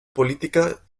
política